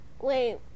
Wait